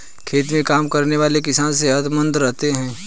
खेत में काम करने वाले किसान सेहतमंद रहते हैं